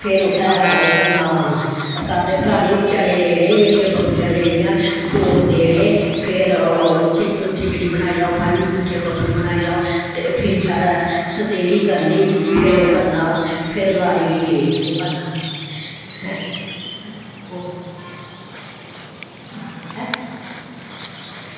फिर उत्थै ओह् करना रकादे फराने चने लेने मिट्ठियां बब्बरियां लेनियां जोट देने ते फिर उत्थै जेह्ड़ी बनाई लाओ भाएं मिट्ठे बब्बर बनाई लाओ ते फिर सारे सतीली करनी फिर ओह् करना फिर लाड़ी गी ओह् करना हैं हैं